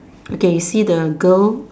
okay you see the girl